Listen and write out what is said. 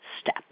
step